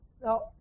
Now